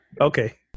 okay